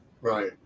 right